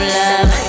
love